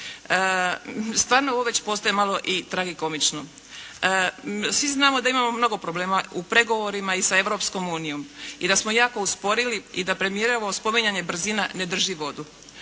Stvarno ovo već postaje malo i tragikomično. Svi znamo da imamo mnogo problema u pregovorima i sa Europskom unijom i da smo jako usporili i da premijerovo spominjanje brzina ne drži vodu,